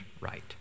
right